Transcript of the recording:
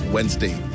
Wednesday